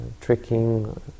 tricking